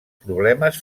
problemes